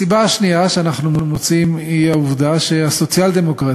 הסיבה השנייה שאנחנו מוצאים היא העובדה שהסוציאל-דמוקרטים,